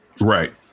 Right